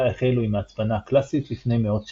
החלו עם ההצפנה הקלאסית לפני מאות שנים.